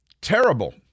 terrible